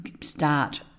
start